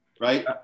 Right